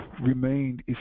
remained